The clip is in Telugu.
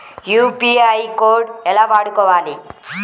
యూ.పీ.ఐ కోడ్ ఎలా వాడుకోవాలి?